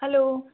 hello